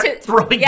throwing